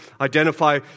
identify